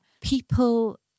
people